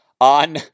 on